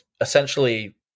essentially